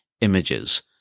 images